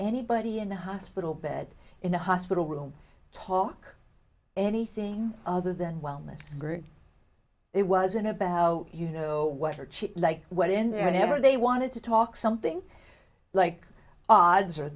anybody in the hospital bed in a hospital room talk anything other than wellness it wasn't about you know what are cheap like what in there never they wanted to talk something like odds are